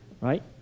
right